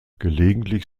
gelegentlich